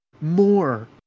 more